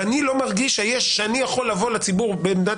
ואני לא מרגיש שאני יכול לבוא לציבור במדינת